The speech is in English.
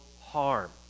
harm